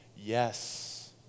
yes